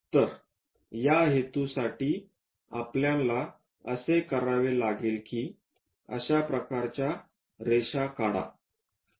तर त्या हेतूसाठी आपल्याला असे करावे लागेल की अशा प्रकारच्या रेषा काढा